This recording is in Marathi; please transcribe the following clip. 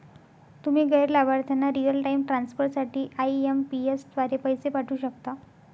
तुम्ही गैर लाभार्थ्यांना रिअल टाइम ट्रान्सफर साठी आई.एम.पी.एस द्वारे पैसे पाठवू शकता